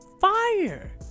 fire